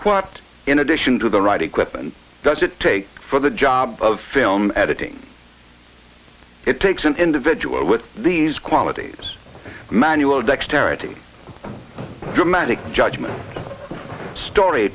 what in addition to the right equipment does it take for the job of film editing it takes an individual with these qualities manual dexterity dramatic judgment story